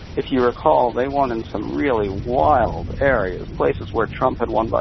if you recall, they won in some really wild areas, places where trump had won. but